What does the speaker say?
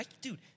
Dude